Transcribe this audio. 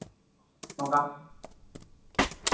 ᱱᱚᱝᱠᱟ